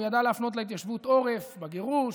הוא ידע להפנות להתיישבות עורף בגירוש,